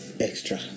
extra